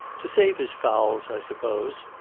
to save his fowls i suppose.